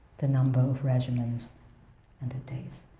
the number of regiments and the taste.